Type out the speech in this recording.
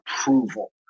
approval